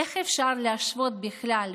איך אפשר להשוות בכלל?